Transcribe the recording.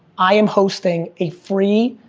i am hosting a free,